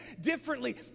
differently